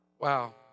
Wow